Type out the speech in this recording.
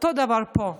אותו דבר פה.